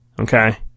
Okay